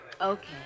Okay